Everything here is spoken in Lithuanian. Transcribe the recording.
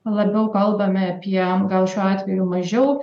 labiau kalbame apie gal šiuo atveju mažiau